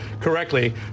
correctly